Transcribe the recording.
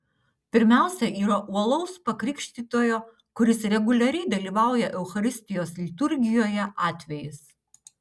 pirmiausia yra uolaus pakrikštytojo kuris reguliariai dalyvauja eucharistijos liturgijoje atvejis